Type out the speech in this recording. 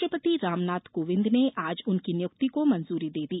राष्ट्रपति रामनाथ कोविंद ने आज उनकी नियुक्ति को मंजूरी दे दी